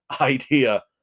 idea